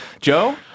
Joe